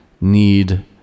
need